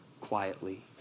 quietly